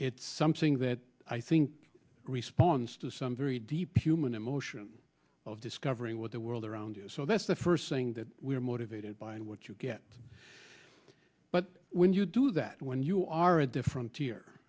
it's something that i think responds to some very deep human emotion of discovering what the world around you so that's the first thing that we're motivated by and what you get but when you do that when you are a different